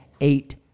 eight